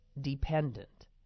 dependent